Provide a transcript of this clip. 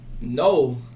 No